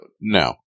No